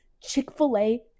Chick-fil-A